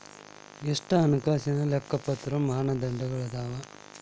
ಎಷ್ಟ ಹಣಕಾಸಿನ್ ಲೆಕ್ಕಪತ್ರ ಮಾನದಂಡಗಳದಾವು?